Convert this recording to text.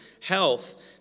health